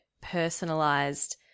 personalized